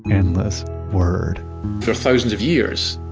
endless word for thousands of years,